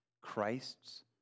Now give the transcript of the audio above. Christ's